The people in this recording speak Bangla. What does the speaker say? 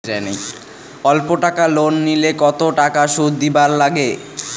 অল্প টাকা লোন নিলে কতো টাকা শুধ দিবার লাগে?